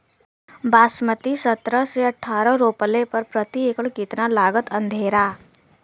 बासमती सत्रह से अठारह रोपले पर प्रति एकड़ कितना लागत अंधेरा?